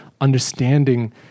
understanding